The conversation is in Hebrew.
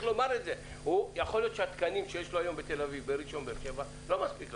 יכול להיות שהתקנים שיש לדוקטור צרפתי בשלוש הערים הללו אינם מספיקים.